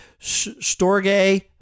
Storge